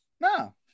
no